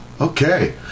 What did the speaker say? Okay